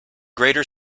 greater